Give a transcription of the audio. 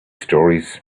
stories